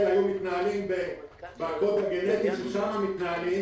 היו מתנהגים בקוד הגנטי כפי ששם מתנהלים,